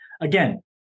again